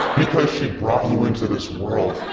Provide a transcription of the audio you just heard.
because she brought you into this world.